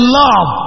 love